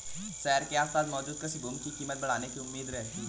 शहर के आसपास मौजूद कृषि भूमि की कीमत बढ़ने की उम्मीद रहती है